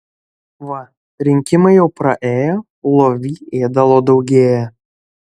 va rinkimai jau praėjo lovy ėdalo daugėja